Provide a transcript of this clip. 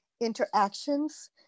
interactions